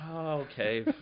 Okay